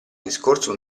discorso